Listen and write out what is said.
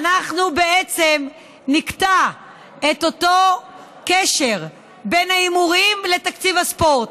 בעצם נקטע את אותו קשר בין ההימורים לתקציב הספורט.